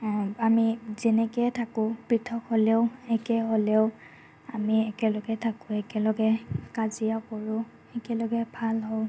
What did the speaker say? আমি যেনেকৈ থাকোঁ পৃথক হ'লেও একে হ'লেও আমি একেলগে থাকোঁ একেলগে কাজিয়া কৰোঁ একেলগে ভাল হওঁ